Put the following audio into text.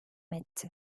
etti